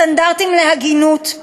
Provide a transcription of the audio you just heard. סטנדרטים להגינות,